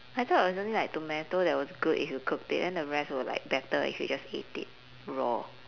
I thought it was only like tomato that was good if you cooked it then the rest was like better if you just ate it raw